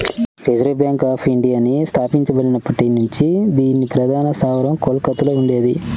reserve bank of ఇండియాని స్థాపించబడినప్పటి నుంచి దీని ప్రధాన స్థావరం కోల్కతలో ఉండేది